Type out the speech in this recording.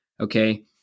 Okay